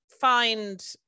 find